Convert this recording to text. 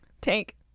tank